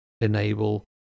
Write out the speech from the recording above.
enable